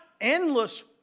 endless